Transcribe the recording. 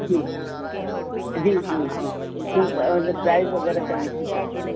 जी जी जी जी ठीकु आहे उन ते प्राईस वगै़रह सभु लिखी छॾिजो